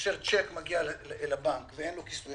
כאשר צ'ק מגיע לבנק ואין לו כיסוי,